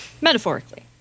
Metaphorically